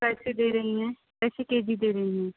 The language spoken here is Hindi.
कैसे दे रही हैं कैसे के जी दे रही हैं